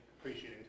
appreciating